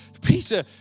Peter